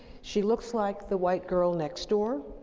she looks like the white girl next door,